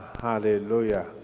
Hallelujah